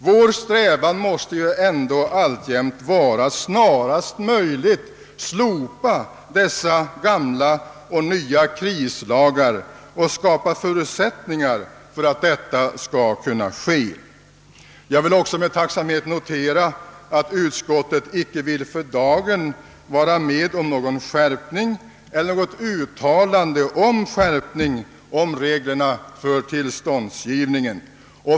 Vår strävan måste ju ändå alltjämt vara att snarast möjligt slopa dessa gamla och nya krislagar och skapa förutsättningar för att detta skall kunna ske. Jag vill också med tacksamhet notera, att utskottet för dagen inte vill vara med om någon skärpning eller något uttalande om skärpning av reglerna för tillståndsgivningen.